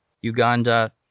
Uganda